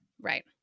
right